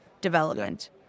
development